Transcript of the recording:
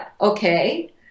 okay